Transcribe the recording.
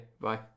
Bye